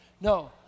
No